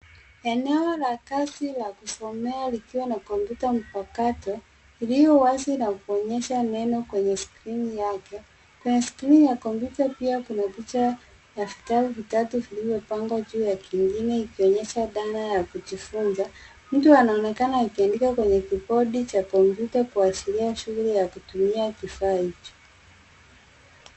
Eneo la kazi la kusomea likiwa na kompyuta mpakato, iliyowazi na kuonyesha neno kwenye skirini yake. Kwenye skirini ya kompyuta pia kuna picha ya vitabu vitatu vilivyopangwa juu ya kingine, ikionyesha dhana ya kujifunza. Mtu anaonekana akiandika kwenye kibodi cha kompyuta kuashiria shughuli ya kutumia kifaa hicho.